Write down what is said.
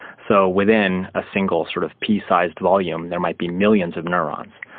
so within a single sort of pea-sized volume there might be millions of neurons.